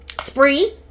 spree